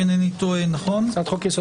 אתם לא עוקבים אחרי דברי היושב-ראש,